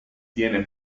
tiene